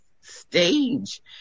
stage